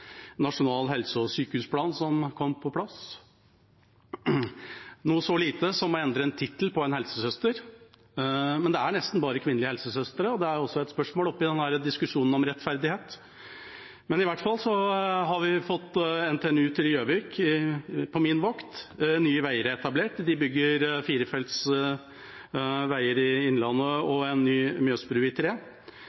Nasjonal helse- og sykehusplan kom på plass. Det kom noe så lite som å endre en tittel på en helsesøster, men det er nesten bare kvinnelige helsesøstre, og det er også et spørsmål oppi denne diskusjonen om rettferdighet. Vi har fått NTNU til Gjøvik på min vakt. Nye Veier er etablert, og de bygger firefelts veier i Innlandet